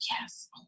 Yes